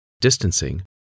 distancing